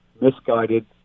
misguided